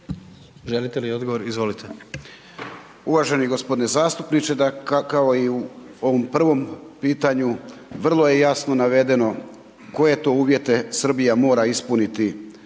Želite li odgovor? Izvolite. **Medved, Tomo (HDZ)** Uvaženi gospodine zastupniče, kao i u ovom prvom pitanju vrlo je jasno navedeno koje to uvjete Srbija mora ispuniti